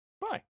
Bye